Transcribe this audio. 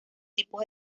tipos